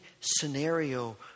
scenario